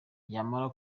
yamara